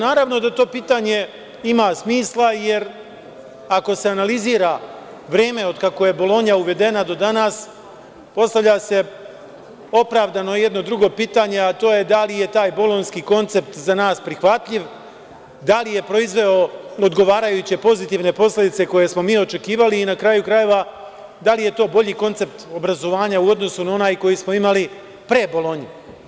Naravno da to pitanje ima smisla, jer ako se analizira vreme od kako je Bolonja uvedena do danas, postavlja se opravdano jedno drugo pitanje, a to je – da li je taj bolonjski koncept za nas prihvatljiv, da li je proizveo odgovarajuće pozitivne posledice koje smo mi očekivali i na kraju krajeva, da li je to bolji koncept obrazovanja u odnosu na onaj koji smo imali pre Bolonje?